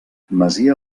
masia